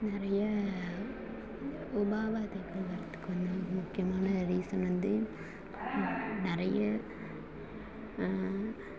நிறைய உபாதைகள் வரத்துக்கு வந்து ஒரு முக்கியமான ரீசன் வந்து நிறைய